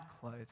clothes